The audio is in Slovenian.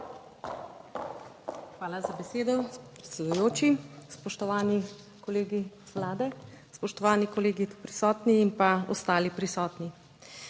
Hvala za besedo, predsedujoči. Spoštovani kolegi z Vlade, spoštovani kolegi prisotni in pa ostali prisotni.